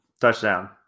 Touchdown